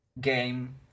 game